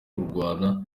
kurwanya